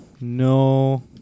no